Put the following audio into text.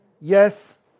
yes